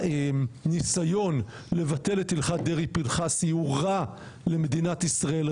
הניסיון לבטל את הלכת דרעי-פנחסי הוא רע למדינת ישראל,